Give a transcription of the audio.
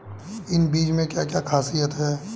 इन बीज में क्या क्या ख़ासियत है?